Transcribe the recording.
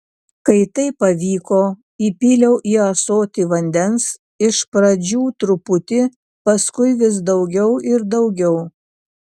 kai tai pavyko įpyliau į ąsotį vandens iš pradžių truputį paskui vis daugiau ir daugiau